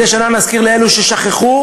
מדי שנה נזכיר לאלו ששכחו,